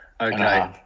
Okay